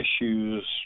issues